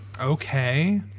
Okay